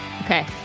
Okay